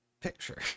picture